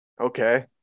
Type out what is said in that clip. Okay